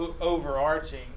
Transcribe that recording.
overarching